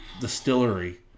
distillery